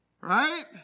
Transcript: Right